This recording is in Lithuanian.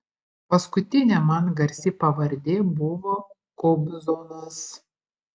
paskutinė man garsi pavardė buvo kobzonas